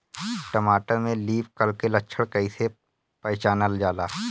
टमाटर में leaf curl के लक्षण कइसे पहचानल जाला?